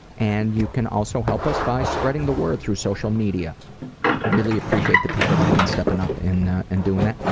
and you can also help us by spreading the word through social media. i really appreciate the people that have been stepping up and and doing that.